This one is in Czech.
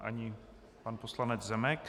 Ani pan poslanec Zemek.